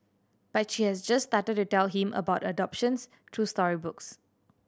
but she has just started to tell him about adoptions through storybooks